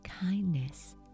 kindness